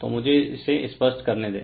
तो मुझे इसे स्पष्ट करने दें